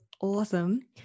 awesome